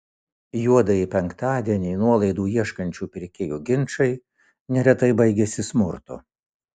juodąjį penktadienį nuolaidų ieškančių pirkėjų ginčai neretai baigiasi smurtu